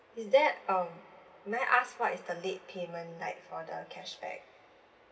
is there um may I ask what is the late payment like for the cashback